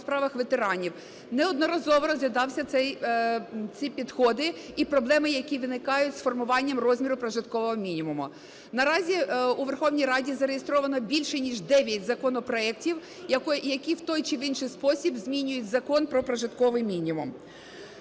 Верховній Раді зареєстровано більше ніж дев'ять законопроектів, які в той чи в інший спосіб змінюють Закон "Про прожитковий мінімум".